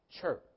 church